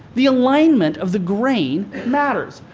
the alignment of the grain matters.